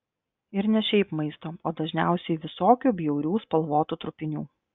ir ne šiaip maisto o dažniausiai visokių bjaurių spalvotų trupinių